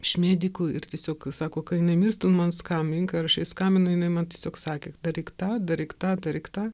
iš medikų ir tiesiog sako kai jinai mirs tu man skambink ir aš jai skambinu jinai man tiesiog sakė daryk tą daryk tą daryk tą